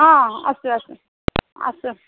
অঁ আছোঁ আছোঁ আছোঁ